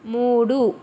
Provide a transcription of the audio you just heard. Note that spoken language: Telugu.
మూడు